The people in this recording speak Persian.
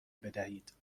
بدهید